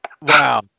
Wow